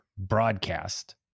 broadcast